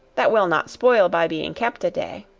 that will not spoil by being kept a day.